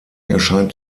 erscheint